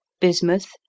bismuth